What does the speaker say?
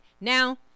now